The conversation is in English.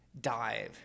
dive